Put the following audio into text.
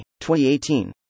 2018